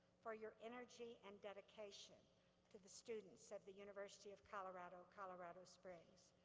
for your energy and dedication to the students at the university of colorado colorado springs.